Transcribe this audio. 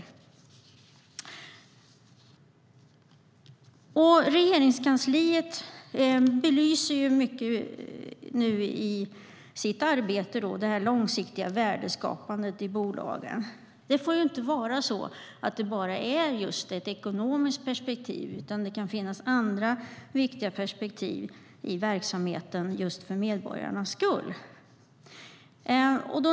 Regeringskansliet belyser nu i sitt arbete det långsiktiga värdeskapandet i bolagen. Det får inte vara bara ett ekonomiskt perspektiv, utan det kan finnas andra viktiga perspektiv i verksamheten just för medborgarnas skull.